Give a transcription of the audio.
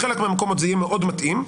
בחלק מהמקומות זה יהיה מאוד מתאים,